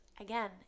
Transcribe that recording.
again